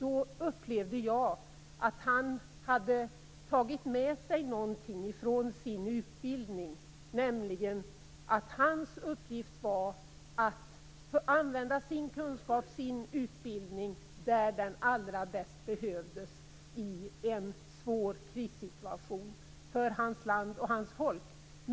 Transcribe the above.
Jag upplevde då att han hade tagit med sig någonting från sin utbildning, nämligen att hans uppgift var att använda sin kunskap och sin utbildning där den allra bäst behövdes i en svår krissituation för hans land och hans folk.